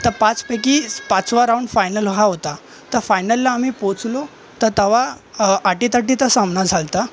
तं पाचपैकी पाचवा राऊंड फायनल हा होता तर फायनलला आम्ही पोहचलो तर तवा अटीतटीचा सामना झाला होता